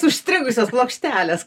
užstrigusios plokštelės